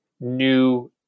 new